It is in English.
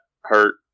hurt